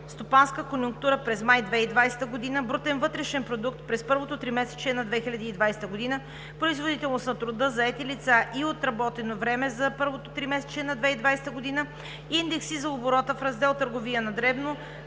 стопанска конюнктура през месец май 2020 г.; брутен вътрешен продукт през първото тримесечие на 2020 г.; производителност на труда, заети лица и отработено време за първото тримесечие на 2020 г.; индекси за оборота в раздел „Търговия на дребно“,